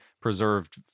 preserved